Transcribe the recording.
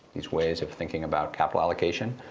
these ways of thinking about capital allocation.